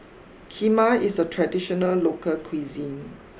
Kheema is a traditional local cuisine